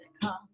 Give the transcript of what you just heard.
come